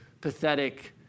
pathetic